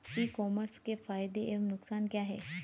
ई commerce के फायदे एवं नुकसान क्या हैं?